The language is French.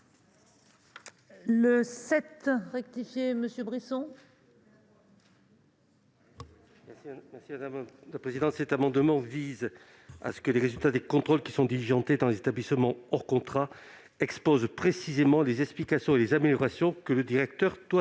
La parole est à M. Max Brisson. Cet amendement vise à ce que les résultats des contrôles diligentés dans les établissements hors contrat exposent précisément les explications et les améliorations que le directeur doit